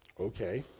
ok.